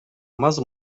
maze